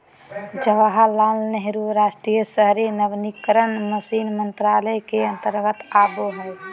जवाहरलाल नेहरू राष्ट्रीय शहरी नवीनीकरण मिशन मंत्रालय के अंतर्गत आवो हय